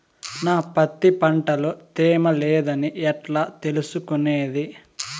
నా పత్తి పంట లో తేమ లేదని ఎట్లా తెలుసుకునేది?